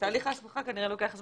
תהליך ההסמכה כנראה לוקח זמן.